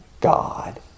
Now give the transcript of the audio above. God